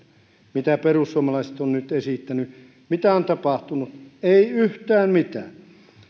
mitä perussuomalaiset ovat nyt esittäneet mitä on tapahtunut ei yhtään mitään